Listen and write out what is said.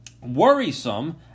worrisome